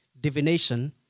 Divination